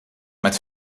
met